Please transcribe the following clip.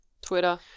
Twitter